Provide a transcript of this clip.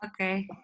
Okay